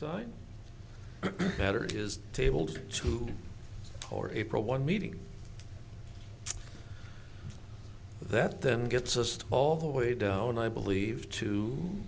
side letter is tabled to or april one meeting that then gets us to all the way down i believe to